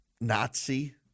Nazi